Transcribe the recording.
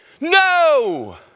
No